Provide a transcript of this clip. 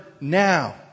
now